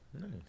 Nice